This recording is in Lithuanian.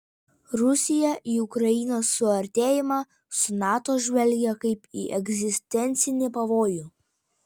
rusiją į ukrainos suartėjimą su nato žvelgia kaip į egzistencinį pavojų